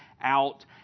out